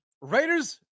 Raiders